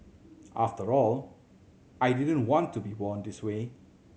after all I didn't want to be born this way